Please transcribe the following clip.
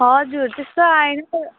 हजुर त्यस्तो आएन त